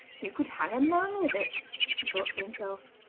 you could hang a man with it he thought to himself.